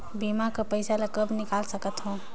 बीमा कर पइसा ला कब निकाल सकत हो?